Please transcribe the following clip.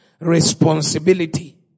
responsibility